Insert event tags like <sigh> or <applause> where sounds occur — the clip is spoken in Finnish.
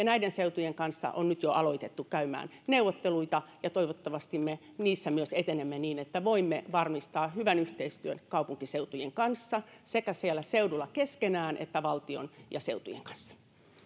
<unintelligible> näiden seutujen kanssa on nyt jo alettu käymään neuvotteluita ja toivottavasti me niissä myös etenemme niin että voimme varmistaa hyvän yhteistyön kaupunkiseutujen kanssa sekä siellä seudulla keskenään että valtion ja seutujen kanssa